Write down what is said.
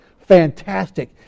Fantastic